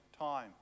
time